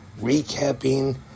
recapping